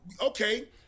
Okay